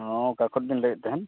ᱦᱮᱸ ᱚᱠᱟ ᱠᱷᱚᱱ ᱵᱤᱱ ᱞᱟᱹᱭᱮᱫ ᱛᱟᱦᱮᱱ